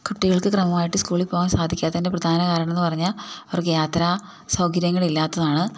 കുട്ടികൾക്ക് ക്രമമായിട്ട് സ്കൂളിൽ പോകാൻ സാധിക്കാത്തതിൻ്റെ പ്രധാന കാരണം എന്നു പറഞ്ഞാൽ അവർക്ക് യാത്രാ സൗകര്യങ്ങൾ ഇല്ലാത്തതാണ്